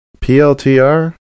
PLTR